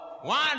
one